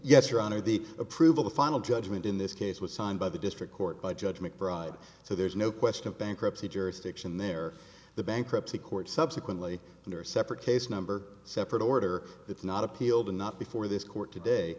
yes your honor the approval the final judgment in this case was signed by the district court by judge mcbride so there's no question of bankruptcy jurisdiction there the bankruptcy court subsequently and her separate case number separate order it's not appealed and not before this court today